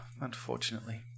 Unfortunately